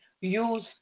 use